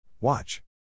Watch